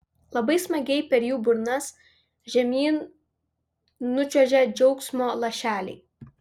labai smagiai per jų burnas žemyn nučiuožia džiaugsmo lašeliai